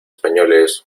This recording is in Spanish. españoles